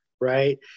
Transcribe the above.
right